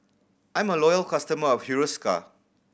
I am a loyal customer of Hiruscar